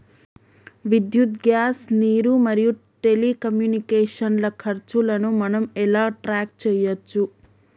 విద్యుత్ గ్యాస్ నీరు మరియు టెలికమ్యూనికేషన్ల ఖర్చులను మనం ఎలా ట్రాక్ చేయచ్చు?